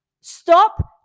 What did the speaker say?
Stop